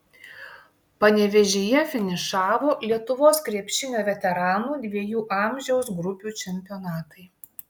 panevėžyje finišavo lietuvos krepšinio veteranų dviejų amžiaus grupių čempionatai